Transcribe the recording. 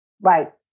right